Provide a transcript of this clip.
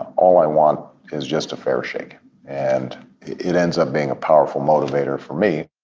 all i want is just a fair shake and it ends up being a powerful motivator for me.